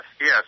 yes